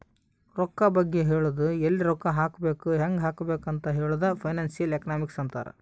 ರೊಕ್ಕಾ ಬಗ್ಗೆ ಹೇಳದು ಎಲ್ಲಿ ರೊಕ್ಕಾ ಹಾಕಬೇಕ ಹ್ಯಾಂಗ್ ಹಾಕಬೇಕ್ ಅಂತ್ ಹೇಳದೆ ಫೈನಾನ್ಸಿಯಲ್ ಎಕನಾಮಿಕ್ಸ್ ಅಂತಾರ್